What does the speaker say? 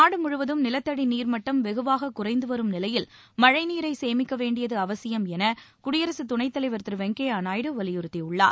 நாடு முழுவதும் நிலத்தடி நீர்மட்டம் வெகுவாக குறைந்துவரும் நிலையில் மழைநீரை சேமிக்க வேண்டியது அவசியம் என குடியரசு துணைத் தலைவர் திரு வெங்கய்ய நாயுடு வலியுறுத்தியுள்ளார்